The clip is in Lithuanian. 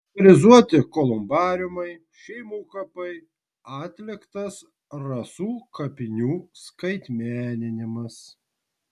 suinventorizuoti kolumbariumai šeimų kapai atliktas rasų kapinių skaitmeninimas